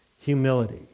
humility